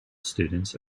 students